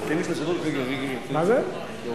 אנחנו,